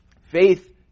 faith